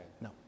No